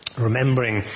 remembering